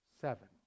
Seven